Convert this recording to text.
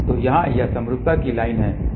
तो यहाँ यह समरूपता की लाइन है